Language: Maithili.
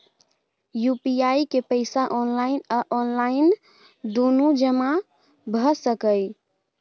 यु.पी.आई के पैसा ऑनलाइन आ ऑफलाइन दुनू जमा भ सकै इ?